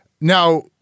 Now